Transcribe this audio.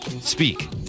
speak